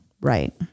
Right